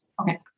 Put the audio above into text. Okay